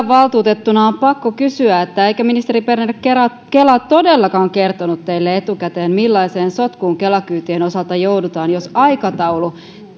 valtuutettuna on pakko kysyä että eikö ministeri berner kela kela todellakaan kertonut teille etukäteen millaiseen sotkuun kela kyytien osalta joudutaan jos aikataulu